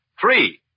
Three